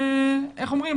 ואיך אומרים,